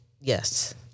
Yes